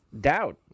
doubt